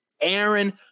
Aaron